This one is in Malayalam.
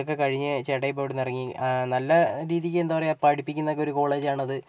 അതൊക്കെ കഴിഞ്ഞ് ചേട്ടായി ഇപ്പോൾ ഇവിടുന്ന് ഇറങ്ങി നല്ല രീതിക്ക് എന്താ പറയാ പഠിപ്പിക്കുന്ന ഒരു കോളേജ് ആണ് അത്